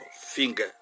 finger